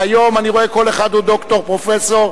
מהיום אני רואה כל אחד, הוא דוקטור, פרופסור.